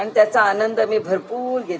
आणि त्याचा आनंद मी भरपूर घेत्